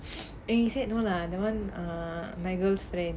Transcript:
and he said no lah that [one] err my girlfriend